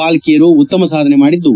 ಬಾಲಕಿಯರು ಉತ್ತಮ ಸಾಧನೆ ಮಾಡಿದ್ದು